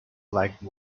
like